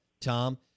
Tom